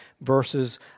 verses